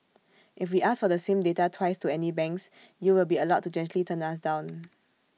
if we ask for the same data twice to any banks you will be allowed to gently turn us down